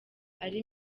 ari